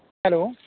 hello